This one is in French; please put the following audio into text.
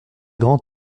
grand